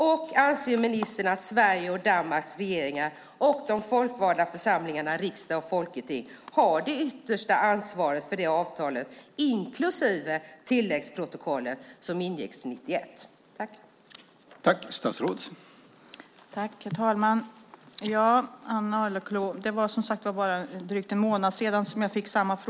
Och anser ministern att Sveriges och Danmarks regeringar och de folkvalda församlingarna, riksdag och folketing, har det yttersta ansvaret för det avtal inklusive tilläggsprotokollet som ingicks 1991?